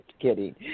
kidding